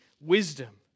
Wisdom